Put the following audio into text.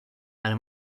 ale